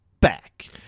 back